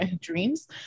dreams